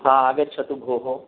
आगच्छतु भोः